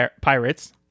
pirates